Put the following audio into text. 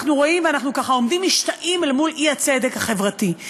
רואים ואנחנו ככה עומדים משתאים אל מול האי-צדק החברתי.